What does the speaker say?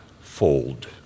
fold